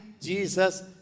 Jesus